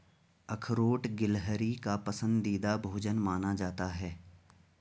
अखरोट गिलहरी का पसंदीदा भोजन माना जाता है